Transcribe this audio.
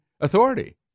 authority